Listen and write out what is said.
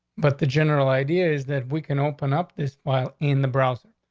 but the general idea is that we can open up this file in the browser.